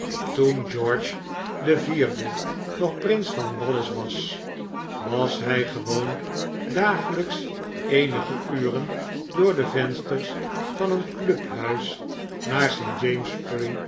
toen george de vierde nog prins vanwallis was was hij gewoon dagelijks eenige uren door de vensters van een club huis naar